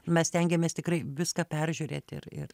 mes stengiamės tikrai viską peržiūrėti ir ir